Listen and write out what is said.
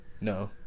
No